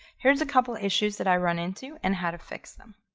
here's a couple issues that i run into and how to fix them.